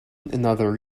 another